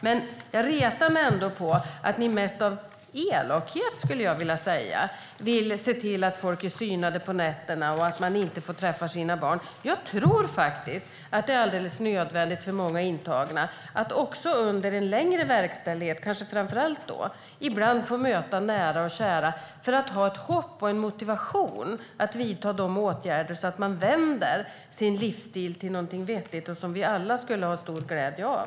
Men jag retar mig ändå på att ni - mest av elakhet, skulle jag vilja säga - vill se till att folk är synade på nätterna och att de inte får träffa sina barn. Jag tror att det är alldeles nödvändigt för många intagna att ibland få möta nära och kära, även under en längre verkställighet och kanske framför allt just då, för att ha ett hopp och en motivation att vidta åtgärder så att man vänder sin livsstil till någonting vettigt som vi alla skulle ha stor glädje av.